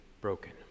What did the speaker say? broken